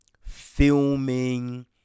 filming